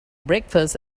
breakfast